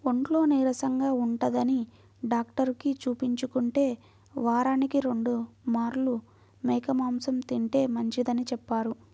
ఒంట్లో నీరసంగా ఉంటందని డాక్టరుకి చూపించుకుంటే, వారానికి రెండు మార్లు మేక మాంసం తింటే మంచిదని చెప్పారు